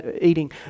eating